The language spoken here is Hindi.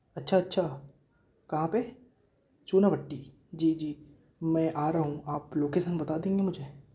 अच्छा अच्छा कहाँ पे चूनाभट्टी जी जी मैं आ रहा हूँ आप लोकेसन बता देंगे मुझे